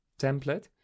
template